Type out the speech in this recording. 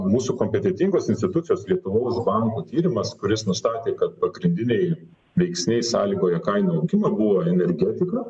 mūsų kompetentingos institucijos lietuvos banko tyrimas kuris nustatė kad pagrindiniai veiksniai sąlygoję kainų augimą buvo energetika